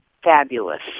fabulous